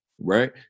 right